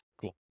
Cool